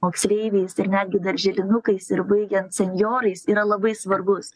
moksleiviais ir netgi darželinukais ir baigiant senjorais yra labai svarbus